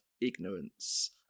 Ignorance